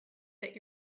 that